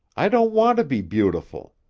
i don't want to be beautiful.